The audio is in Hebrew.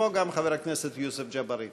כמו גם חבר הכנסת יוסף ג'בארין.